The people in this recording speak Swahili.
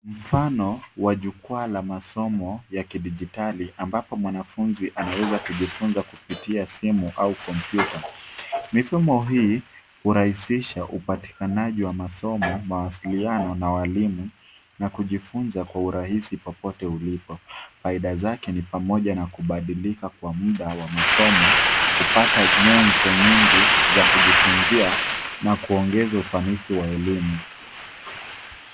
Mfano wa jukwaa la masomo ya kidijitali ambapo mwanafunzi anaweza kujifunza kupitia simu au kompyuta. Mifumo hii hurahisisha upatikanaji wa masomo, mawasiliano na walimu. Faida zake ni pamoja na kubadilika kwa muda wa masomo, kupata nyenzo nyingi za kujifunzia na kuongeza ufanisi wa elimu.